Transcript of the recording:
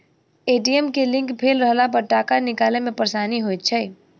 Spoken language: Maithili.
ए.टी.एम के लिंक फेल रहलापर टाका निकालै मे परेशानी होइत छै